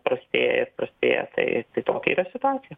prastėja ir prastėja tai tokia yra situacija